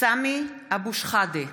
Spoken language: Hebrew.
אבו שחאדה,